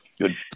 good